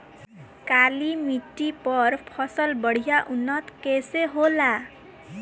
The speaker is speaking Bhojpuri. काली मिट्टी पर फसल बढ़िया उन्नत कैसे होला?